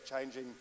changing